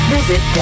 Visit